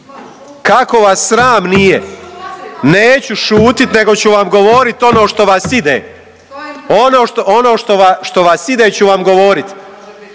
kako vas sram nije? Neću šutit nego ću vam govorit ono što vas ide, ono što vas ide ću vam govori,